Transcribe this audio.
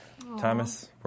Thomas